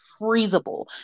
freezable